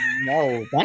no